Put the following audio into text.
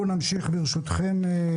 נמשיך, ברשותכם.